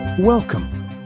Welcome